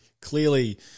Clearly